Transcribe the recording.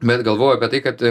bet galvoju apie tai kad